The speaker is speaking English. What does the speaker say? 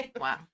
Wow